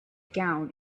gown